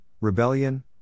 rebellion